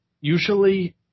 usually